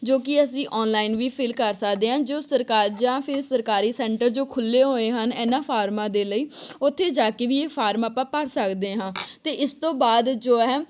ਜੋ ਕਿ ਅਸੀਂ ਔਨਲਾਈਨ ਵੀ ਫਿਲ ਕਰ ਸਕਦੇ ਹਾਂ ਜੋ ਸਰਕਾਰ ਜਾਂ ਫਿਰ ਸਰਕਾਰੀ ਸੈਂਟਰ ਜੋ ਖੁੱਲ੍ਹੇ ਹੋਏ ਹਨ ਇਹਨਾਂ ਫਾਰਮਾਂ ਦੇ ਲਈ ਉੱਥੇ ਜਾ ਕੇ ਵੀ ਇਹ ਫਾਰਮ ਆਪਾਂ ਭਰ ਸਕਦੇ ਹਾਂ ਅਤੇ ਇਸ ਤੋਂ ਬਾਅਦ ਜੋ ਹੈ